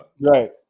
Right